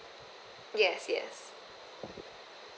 yes yes